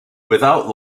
without